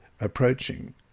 approaching